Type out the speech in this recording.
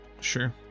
Sure